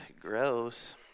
Gross